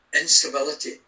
instability